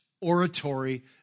oratory